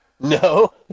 No